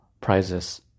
prizes